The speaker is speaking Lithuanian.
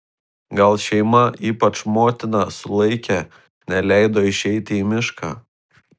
gal šeima ypač motina sulaikė neleido išeiti į mišką